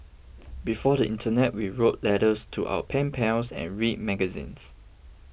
before the internet we wrote letters to our pen pals and read magazines